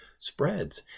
spreads